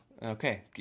Okay